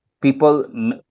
people